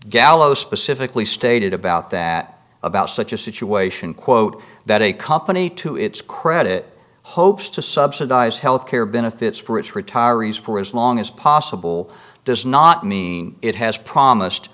gallo specifically stated about that about such a situation quote that a company to its credit hopes to subsidize health care benefits for its retirees for as long as possible does not mean it has promised